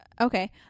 okay